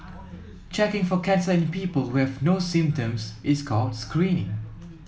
checking for cancer in people who have no symptoms is called screening